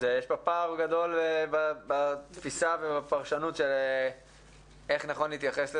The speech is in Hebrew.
יש פה פער גדול בתפיסה ובפרשנות של איך נכון להתייחס לזה.